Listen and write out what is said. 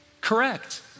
Correct